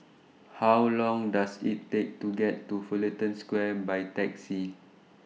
How Long Does IT Take to get to Fullerton Square By Taxi